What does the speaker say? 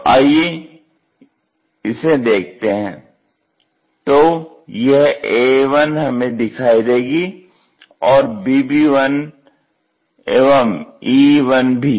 तो आइये इसे देखते हैं तो यह AA1 हमें दिखाई देगी और BB1 एवं EE1 भी